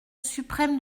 suprême